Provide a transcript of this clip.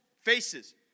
faces